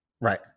Right